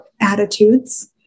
attitudes